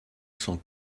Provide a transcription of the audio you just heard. cent